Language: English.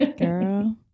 Girl